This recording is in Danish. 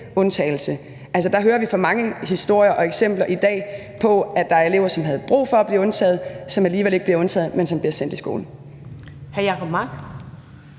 undtagelse. Altså, vi hører i dag for mange historier om og eksempler på, at der er elever, som havde brug for at blive undtaget, som alligevel ikke bliver undtaget, men som bliver sendt i skole. Kl.